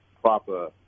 proper